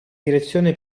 direzione